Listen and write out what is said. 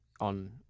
on